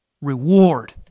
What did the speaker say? reward